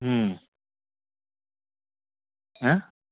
ହୁଁ ହାଁ